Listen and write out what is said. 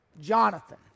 Jonathan